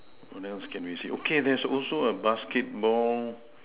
oh then also can be see okay there's also a basketball